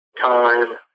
time